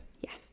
Yes